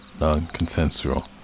non-consensual